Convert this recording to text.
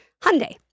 Hyundai